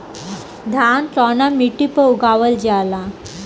धान कवना मिट्टी पर उगावल जाला?